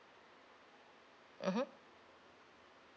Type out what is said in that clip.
mmhmm